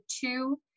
two